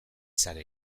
zara